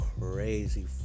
crazy